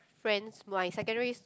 friends my secondaries